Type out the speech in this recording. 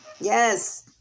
Yes